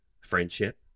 friendship